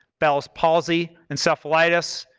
bell's palsy, encephalitis,